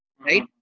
Right